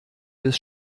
des